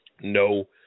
No